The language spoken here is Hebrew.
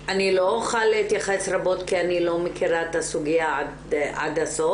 אני לא אוכל להתייחס רבות כי אני לא מכירה את הסוגיה עד הסוף,